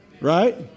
Right